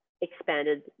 expanded